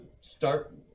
start